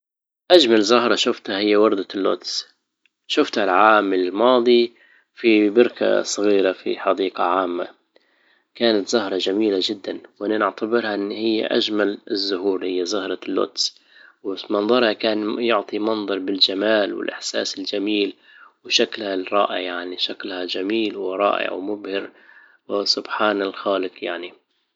اجمل زهرة شفتها هي وردة اللوتس شفتها العام الماضي في بركة صغيرة في حديقة عامة كانت زهرة جميلة جدا وانا نعتبرها ان هي اجمل الزهور هي زهرة اللوتس واس- منظرها كان يعطي منظر بالجمال والاحساس الجميل وشكلها الرائع يعني شكلها جميل ورائع ومبهر وسبحان الخالق يعني